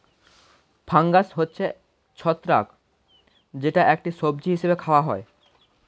fungus হচ্ছে ছত্রাক যেটা একটি সবজি হিসেবে খাওয়া হয়